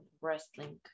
wrestling